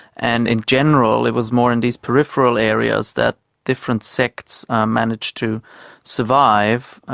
and in general it was more in these peripheral areas that different sects managed to survive,